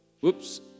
Whoops